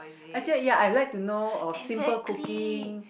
actually ya I like to know or simple cooking